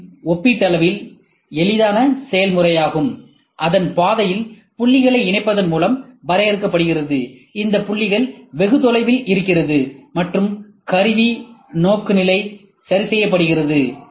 C யில் ஒப்பீட்டளவில் எளிதான செயல்முறையாகும் அதன் பாதையில் புள்ளிகளை இணைப்பதன் மூலம் வரையறுக்கப்படுகிறது இந்த புள்ளிகள் வெகு தொலைவில் இருக்கிறது மற்றும் கருவி நோக்குநிலை சரி செய்யப்படுகிறது